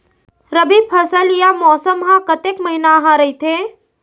रबि फसल या मौसम हा कतेक महिना हा रहिथे?